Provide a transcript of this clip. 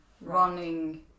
running